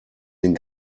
den